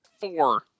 Four